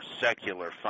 secular